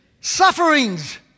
sufferings